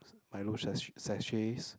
milo sach~ sachets